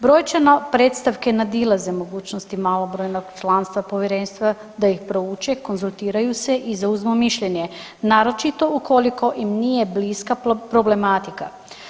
Brojčano predstavke nadilaze mogućnosti malobrojnog članstva povjerenstva da ih prouče, konzultiraju se i zauzmu mišljenje naročito ukoliko im nije bliska problematika.